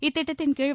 இத்திட்டத்தின்கீழ்